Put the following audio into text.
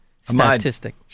statistic